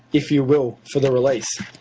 if you will, for the release.